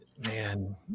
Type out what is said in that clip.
man